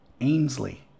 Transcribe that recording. Ainsley